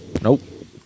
Nope